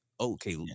Okay